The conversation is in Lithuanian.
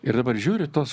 ir dabar žiūriu tuos